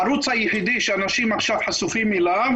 הערוץ היחידי שאנשים עכשיו חשופים אליו